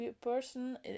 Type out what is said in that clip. person